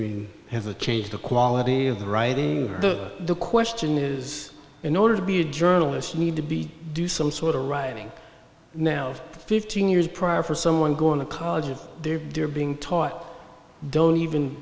doing have a change the quality of the writing the question is in order to be a journalist need to be do some sort of writing now of fifteen years prior for someone going to college and there they're being taught don't even